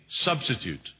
substitute